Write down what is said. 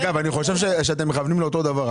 אגב אני חושב שאתם מכוונים לאותו דבר,